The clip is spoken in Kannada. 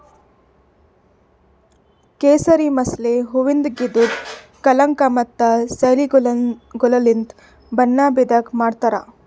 ಕೇಸರಿ ಮಸಾಲೆ ಹೂವಿಂದ್ ಗಿಡುದ್ ಕಳಂಕ ಮತ್ತ ಶೈಲಿಗೊಳಲಿಂತ್ ಬಣ್ಣ ಬೀಡಂಗ್ ಮಾಡ್ತಾರ್